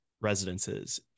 residences